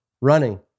Running